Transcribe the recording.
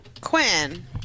Quinn